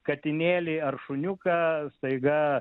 katinėliai ar šuniuką staiga